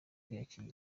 kwiyakira